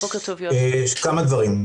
כמה דברים.